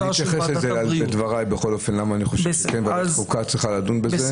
אני אתייחס לזה בדבריי למה אני חושב שוועדת החוקה כן צריכה לדון בזה.